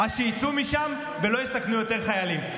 אז שיצאו משם ולא יסכנו יותר חיילים.